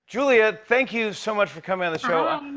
julia, thank you so much for coming on the show.